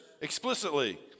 explicitly